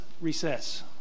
recess